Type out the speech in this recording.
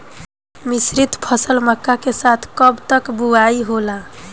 मिश्रित फसल मक्का के साथ कब तक बुआई होला?